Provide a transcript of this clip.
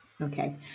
Okay